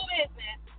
business